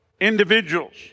individuals